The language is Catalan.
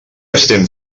estem